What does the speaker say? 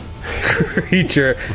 Creature